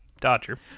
dodger